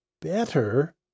better